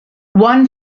one